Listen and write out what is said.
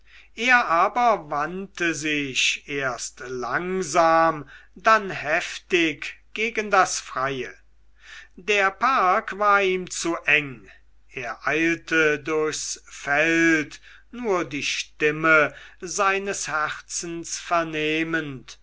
er aber wandte sich erst langsam dann heftig gegen das freie der park war ihm zu eng er eilte durchs feld nur die stimme seines herzens vernehmend